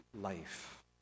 life